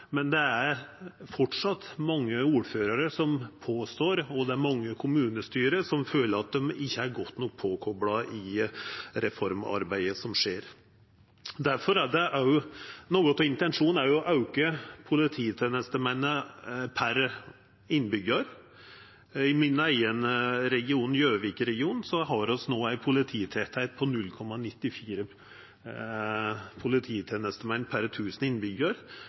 men det er framleis mange ordførarar som påstår – og det er mange kommunestyre som føler – at dei ikkje er godt nok påkopla i reformarbeidet som skjer. Noko av intensjonen er å auka talet på polititenestemenn per innbyggjar. I min eigen region, Gjøvik-regionen, har vi no ein polititettleik på 0,94 polititenestemenn per